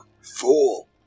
fool